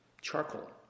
charcoal